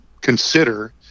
consider